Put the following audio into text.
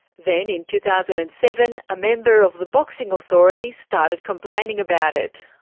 then in two thousand and seven a member of the boxing authority started complaining about it.